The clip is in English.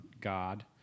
God